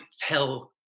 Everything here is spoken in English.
tell